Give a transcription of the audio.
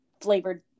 flavored